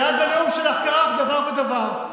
ואת בנאום שלך כרכת דבר בדבר.